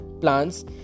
Plants